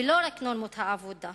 ולא רק נורמות העבודה.